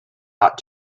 ought